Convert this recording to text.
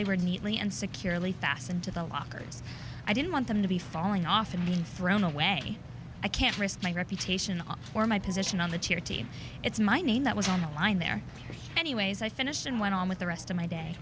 they were neatly and securely fastened to the lockers i didn't want them to be falling off and thrown away i can't risk my reputation or my position on the charity it's my name that was on the line there anyways i finished and went on with the rest of my day